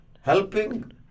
helping